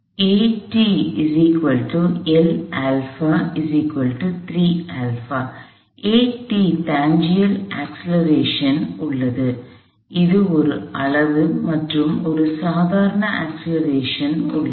tangential acceleration உள்ளது இது ஒரு அளவு மற்றும் ஒரு சாதாரண அக்ஸலரேஷன் உள்ளது